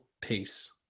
peace